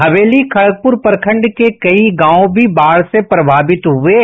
हवेली खड़गपुर प्रखंड के कई गांव भी बाढ़ से प्रभावित हुये हैं